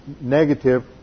negative